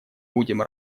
будем